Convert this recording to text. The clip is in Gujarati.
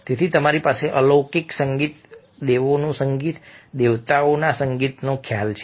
તેથી તમારી પાસે અલૌકિક સંગીત દેવોનું સંગીત દેવતાઓના સંગીતનો ખ્યાલ છે